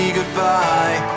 goodbye